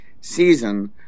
season